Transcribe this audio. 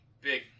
big